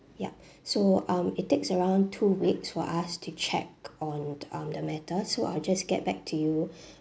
yup so um it takes around two weeks for us to check on um the matter so I'll just get back to you